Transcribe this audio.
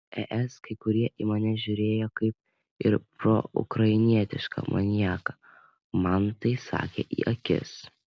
es kai kurie į mane žiūrėjo kaip ir proukrainietišką maniaką man tai sakė į akis